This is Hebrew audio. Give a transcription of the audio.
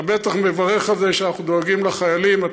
אתה בטח מברך על זה שאנחנו דואגים לחיילים.